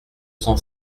cent